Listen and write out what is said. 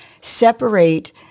separate